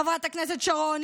חברת הכנסת שרון,